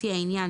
לפי העניין,